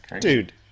Dude